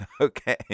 Okay